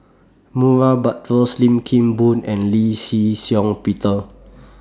Murray Buttrose Lim Kim Boon and Lee Shih Shiong Peter